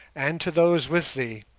and to those with thee.